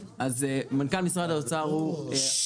שר האוצר הסמיך את מנכ"ל משרד האוצר להיות